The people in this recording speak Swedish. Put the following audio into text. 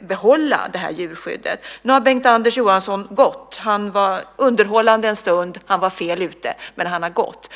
behålla djurskyddet. Nu har Bengt-Anders Johansson gått från kammaren. Han var underhållande en stund, och han var fel ute, men han har gått.